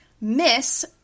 Miss